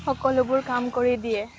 সকলোবোৰ কাম কৰি দিয়ে